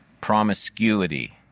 Promiscuity